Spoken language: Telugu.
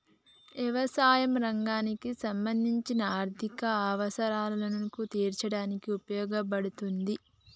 యవసాయ రంగానికి సంబంధించిన ఆర్ధిక అవసరాలను తీర్చడానికి ఉపయోగపడతాది